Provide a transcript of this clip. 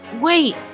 Wait